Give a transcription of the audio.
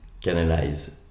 canalize